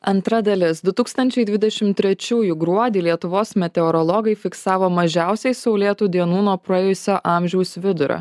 antra dalis du tūkstančiai dvidešimt trečiųjų gruodį lietuvos meteorologai fiksavo mažiausiai saulėtų dienų nuo praėjusio amžiaus vidurio